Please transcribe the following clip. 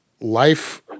Life